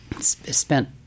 spent